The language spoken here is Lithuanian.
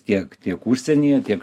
tiek tiek užsienyje tiek